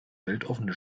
weltoffene